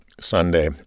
Sunday